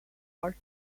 art